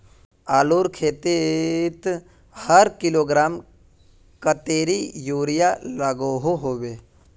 आलूर खेतीत हर किलोग्राम कतेरी यूरिया लागोहो होबे?